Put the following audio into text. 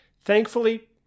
Thankfully